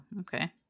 okay